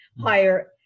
higher